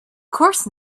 course